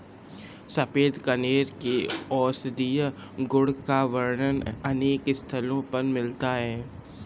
सफेद कनेर के औषधीय गुण का वर्णन अनेक स्थलों पर मिलता है